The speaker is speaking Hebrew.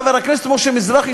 חבר הכנסת משה מזרחי,